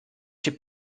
się